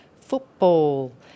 football